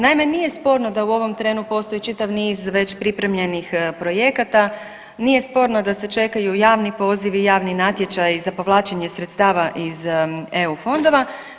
Naime, nije sporno da u ovom trenu postoji čitav niz već pripremljenih projekata, nije sporno da se čekaju javni pozivi, javni natječaji za povlačenje sredstava iz EU fondova.